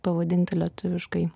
pavadinti lietuviškai